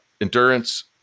endurance